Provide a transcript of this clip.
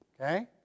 Okay